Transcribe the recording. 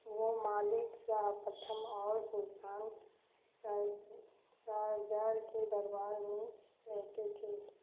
वे मलिक शाह प्रथम और सुल्तान शाहजहर के दरबार में रहते थे